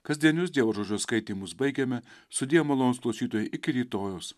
kasdienius dievo žodžio skaitymus baigiame sudie malonūs klausytojai iki rytojaus